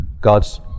gods